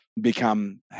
become